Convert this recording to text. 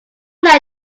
lady